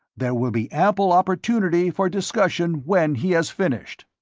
there will be ample opportunity for discussion when he has finished.